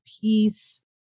peace